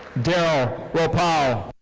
darrell rowe powell